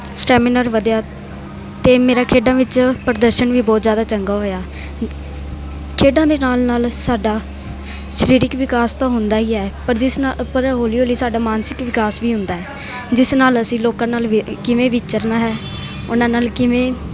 stamina ਵਧਿਆ ਅਤੇ ਮੇਰਾ ਖੇਡਾਂ ਵਿੱਚ ਪ੍ਰਦਰਸ਼ਨ ਵੀ ਬਹੁਤ ਜ਼ਿਆਦਾ ਚੰਗਾ ਹੋਇਆ ਖੇਡਾਂ ਦੇ ਨਾਲ ਨਾਲ ਸਾਡਾ ਸਰੀਰਕ ਵਿਕਾਸ ਤਾਂ ਹੁੰਦਾ ਹੀ ਹੈ ਪਰ ਜਿਸ ਨਾ ਪਰ ਹੌਲੀ ਹੌਲੀ ਸਾਡਾ ਮਾਨਸਿਕ ਵਿਕਾਸ ਵੀ ਹੁੰਦਾ ਜਿਸ ਨਾਲ ਅਸੀਂ ਲੋਕਾਂ ਨਾਲ ਵੇ ਕਿਵੇਂ ਵਿਚਰਨਾ ਹੈ ਉਹਨਾਂ ਨਾਲ ਕਿਵੇਂ